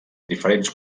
diferents